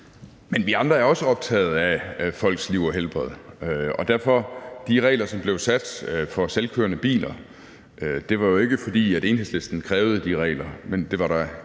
Vi andre er også optaget af folks liv og helbred, og derfor blev der sat de regler for selvkørende biler. Og det var jo ikke, fordi Enhedslisten krævede de regler, men det var da